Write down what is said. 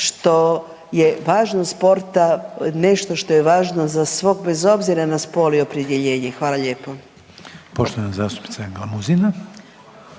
što je važnost sporta nešto što je važno za svog bez obzira na spol i opredjeljenje. Hvala lijepo. **Reiner, Željko